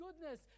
goodness